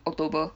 October